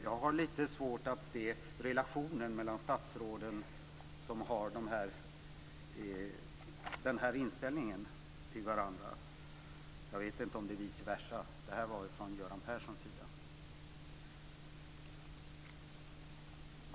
Jag har lite svårt att se relationen mellan de statsråd som har den här inställningen till varandra. Jag vet inte om det är vice versa också. Detta var från Göran Perssons sida.